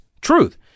truth